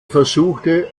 versuchte